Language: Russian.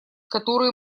которые